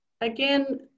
Again